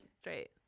straight